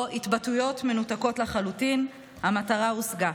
או בהתבטאויות מנותקות לחלוטין, המטרה הושגה: